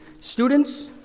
students